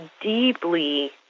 deeply